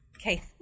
Okay